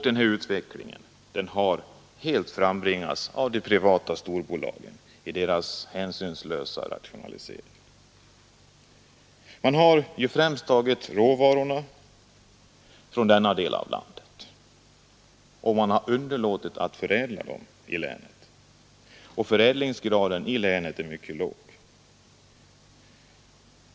Denna utveckling har helt frambringats av de privata storbolagen i deras hänsynslösa rationalisering. Man har främst tagit råvarorna från denna del av landet, och man har underlåtit att förädla dem i länet. Förädlingsgraden i länet är mycket låg.